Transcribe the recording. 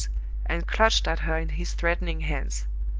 and clutched at her in his threatening hands.